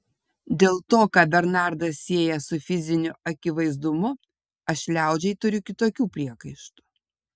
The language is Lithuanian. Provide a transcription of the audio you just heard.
dėl to ką bernardas sieja su fiziniu akivaizdumu aš liaudžiai turiu kitokių priekaištų